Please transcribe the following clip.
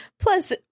Plus